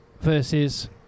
versus